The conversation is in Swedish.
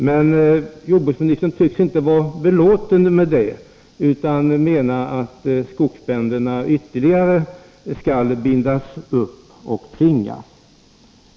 Men jordbruksministern tycks inte vara belåten med detta utan menar att skogsbönderna ytterligare skall bindas upp och tvingas.